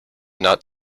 not